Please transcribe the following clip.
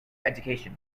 education